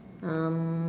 um